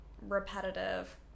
repetitive